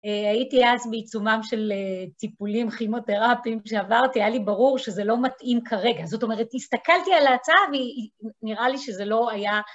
הייתי אז בעיצומם של טיפולים, כימותרפים שעברתי, היה לי ברור שזה לא מתאים כרגע. זאת אומרת, הסתכלתי על ההצעה ונראה לי שזה לא היה...